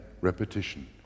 repetition